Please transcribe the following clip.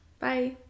bye